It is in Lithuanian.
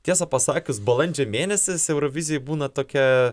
tiesą pasakius balandžio mėnesis eurovizijoj būna tokia